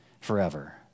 forever